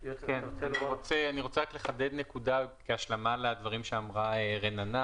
אני רוצה לחדד נקודה כהשלמה לדברים שאמרה רננה